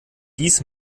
dies